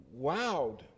wowed